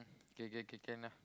K K K can ah